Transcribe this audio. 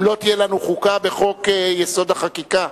אם לא תהיה לנו חוקה בחוק-יסוד: החקיקה,